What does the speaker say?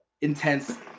Intense